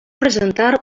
presentar